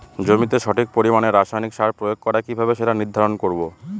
জমিতে সঠিক পরিমাণে রাসায়নিক সার প্রয়োগ করা কিভাবে সেটা নির্ধারণ করব?